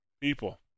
people